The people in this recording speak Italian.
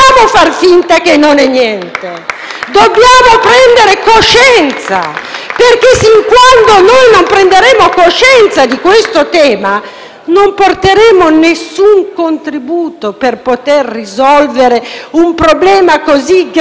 prendere coscienza, perché sin quando non prenderemo coscienza di questo tema non porteremo alcun contributo per risolvere un problema così grave e di cui si parla da così tanti anni.